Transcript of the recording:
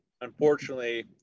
unfortunately